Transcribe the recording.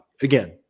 again